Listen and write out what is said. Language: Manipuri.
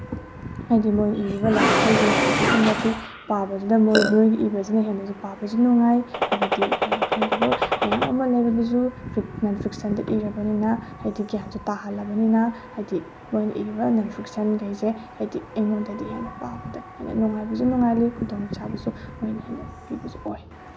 ꯍꯥꯏꯗꯤ ꯃꯣꯏ ꯏꯔꯤꯕ ꯂꯥꯏꯔꯤꯛꯈꯩꯁꯦ ꯑꯗꯨꯛꯀꯤ ꯃꯇꯤꯛ ꯄꯥꯕꯁꯤꯗ ꯃꯣꯏꯒꯤ ꯏꯕꯁꯤꯅ ꯍꯦꯟꯅꯁꯨ ꯄꯥꯕꯁꯨ ꯅꯨꯡꯉꯥꯏ ꯍꯥꯏꯕꯗꯤ ꯑꯩꯈꯣꯏꯅ ꯈꯪꯗꯕ ꯃꯌꯥꯝ ꯑꯃ ꯂꯩꯔꯕꯁꯨ ꯅꯟ ꯐꯤꯛꯁꯟꯗ ꯏꯔꯕꯅꯤꯅ ꯍꯥꯏꯗꯤ ꯒ꯭ꯌꯥꯟꯁꯨ ꯇꯥꯍꯜꯂꯕꯅꯤꯅ ꯍꯥꯏꯗꯤ ꯃꯣꯏꯅ ꯏꯔꯤꯕ ꯅꯟ ꯐꯤꯛꯁꯟꯈꯩꯁꯦ ꯍꯥꯏꯗꯤ ꯑꯩꯉꯣꯟꯗꯗꯤ ꯍꯦꯟꯅ ꯄꯥꯕꯗ ꯍꯦꯟꯅ ꯅꯨꯡꯉꯥꯏꯕꯁꯨ ꯅꯨꯡꯉꯥꯏꯍꯜꯂꯤ ꯈꯨꯗꯣꯡꯆꯥꯕꯁꯨ ꯃꯣꯏꯅ ꯍꯦꯟꯅ ꯄꯤꯕꯁꯨ ꯑꯣꯏ